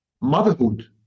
motherhood